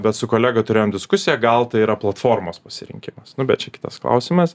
bet su kolega turėjom diskusiją gal tai yra platformos pasirinkimas bet čia kitas klausimas